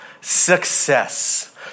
success